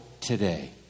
today